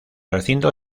recinto